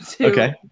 Okay